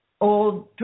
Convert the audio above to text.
old